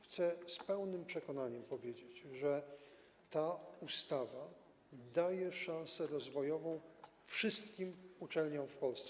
Chcę z pełnym przekonaniem powiedzieć, że ta ustawa daje szansę rozwojową wszystkim uczelniom w Polsce.